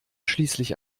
schließlich